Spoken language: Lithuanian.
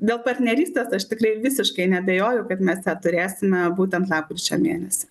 dėl partnerystės aš tikrai visiškai neabejoju kad mes ją turėsime būtent lapkričio mėnesį